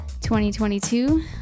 2022